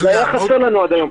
זה היה חסר לנו עד היום.